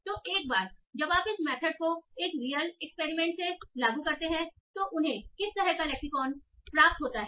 तो एक बार जब आप इस मेथड को एक रियल एक्सपेरिमेंट से लागू करते हैं तो उन्हें किस तरह का लेक्सिकॉन प्राप्त होता है